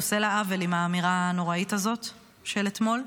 הוא עושה לה עוול עם האמירה הנוראית הזאת של אתמול.